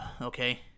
okay